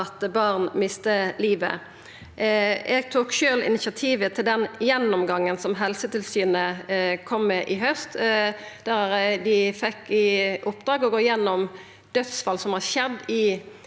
og barn mister livet. Eg tok sjølv initiativet til den gjennomgangen som Helsetilsynet kom med i haust, der dei fekk i oppdrag å gå gjennom dødsfall som har skjedd i